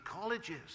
colleges